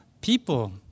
people